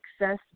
success